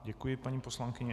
Děkuji, paní poslankyně.